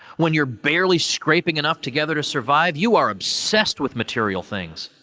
when you're barely scraping enough together to survive, you are obsessed with material things.